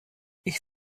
ich